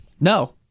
no